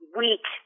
weak